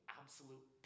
absolute